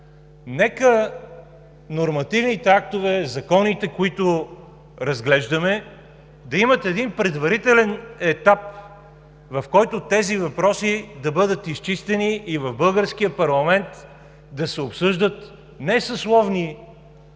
нека нормативните актове, законите, които разглеждаме, да имат предварителен етап, в който тези въпроси да бъдат изчистени и в българския парламент да се обсъждат не съсловни